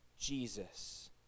Jesus